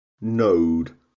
node